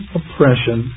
oppression